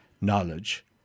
knowledge